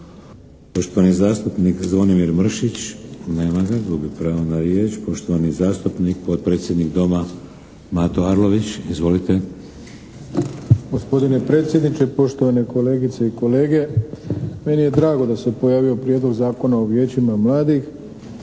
Poštovani zastupnik Zvonimir Mršić. Nema ga. Gubi pravo na riječ. Poštovani zastupnik potpredsjednik Doma Mato Arlović, izvolite. **Arlović, Mato (SDP)** Gospodine predsjedniče, poštovane kolegice i kolege. Meni je drago da se pojavio Prijedlog zakona o vijećima mladih